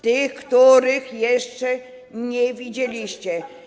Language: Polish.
Tych, których jeszcze nie widzieliście.